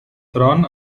tron